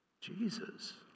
Jesus